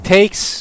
Takes